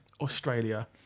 Australia